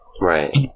Right